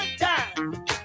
time